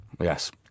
Yes